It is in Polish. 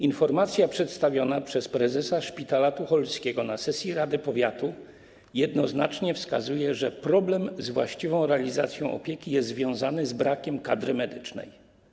Informacja przedstawiona przez prezesa Szpitala Tucholskiego na sesji rady powiatu jednoznacznie wskazuje, że problem z właściwą realizacją opieki jest związany z brakiem kadry medycznej.